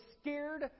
scared